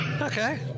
Okay